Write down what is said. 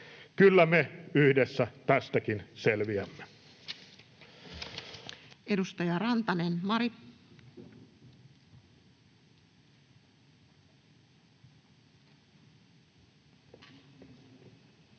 kyllä me yhdessä tästäkin selviämme. Edustaja Rantanen, Mari. Arvoisa